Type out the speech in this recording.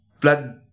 blood